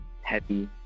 heavy